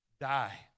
die